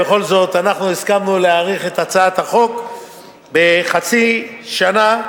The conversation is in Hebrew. בכל זאת אנחנו הסכמנו להאריך את הצעת החוק בחצי שנה.